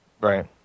Right